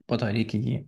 po to reikia jį